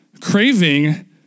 craving